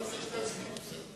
אני מבקש להסביר את זה.